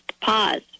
pause